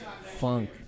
funk